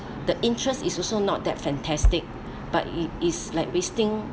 the interest is also not that fantastic but it is like wasting